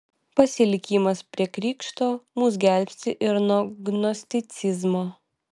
pasilikimas prie krikšto mus gelbsti ir nuo gnosticizmo